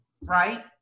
right